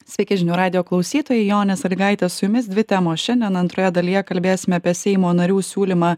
sveiki žinių radijo klausytojai jonė sąlygaitė su jumis dvi temos šiandien antroje dalyje kalbėsime apie seimo narių siūlymą